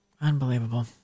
Unbelievable